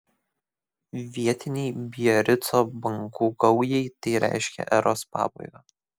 vietinei biarico bangų gaujai tai reiškė eros pabaigą